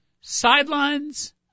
sidelines